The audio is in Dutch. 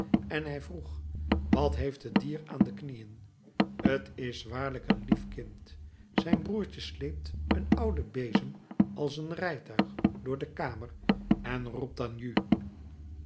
en hij vroeg wat heeft het dier aan de knieën t is waarlijk een lief kind zijn broertje sleept een ouden bezem als een rijtuig door de kamer en roept dan ju